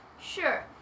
Sure